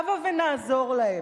הבה ונעזור להם.